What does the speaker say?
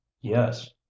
yes